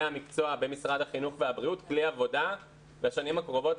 המקצוע במשרדי החינוך והבריאות כלי עבודה בשנים הקרובות,